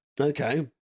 Okay